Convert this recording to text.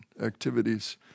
activities